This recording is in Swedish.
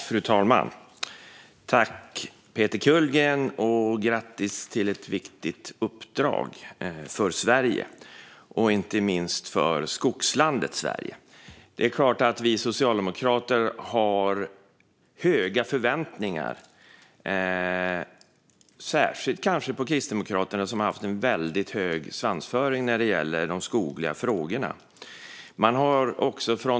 Fru talman! Tack, Peter Kullgren, och grattis till ett viktigt uppdrag för Sverige - inte minst för skogslandet Sverige! Det är klart att vi socialdemokrater har höga förväntningar - särskilt kanske på Kristdemokraterna, som har haft en väldigt hög svansföring när det gäller de skogliga frågorna.